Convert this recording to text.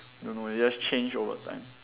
don't know you just changed over time